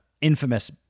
infamous